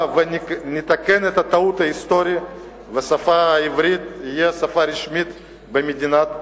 ונתקן את הטעות ההיסטורית והשפה העברית תהיה השפה הרשמית במדינת ישראל.